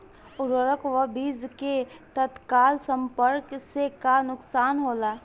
उर्वरक व बीज के तत्काल संपर्क से का नुकसान होला?